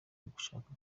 ugushaka